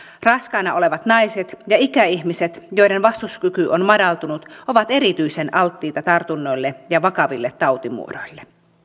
raskaana olevat naiset ja ikäihmiset joiden vastustuskyky on madaltunut ovat alttiita tartunnoille ja vakaville tautimuodoille